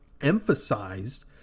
emphasized